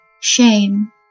Shame